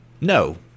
No